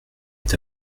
est